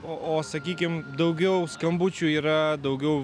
o o sakykim daugiau skambučių yra daugiau